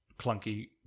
clunky